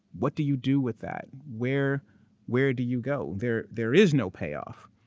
what do you do with that? where where do you go there? there is no payoff,